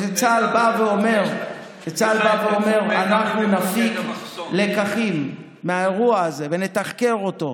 אם צה"ל אומר: אנחנו נפיק לקחים מהאירוע הזה ונתחקר אותו,